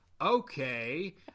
okay